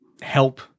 help